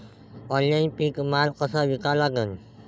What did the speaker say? Online पीक माल कसा विका लागन?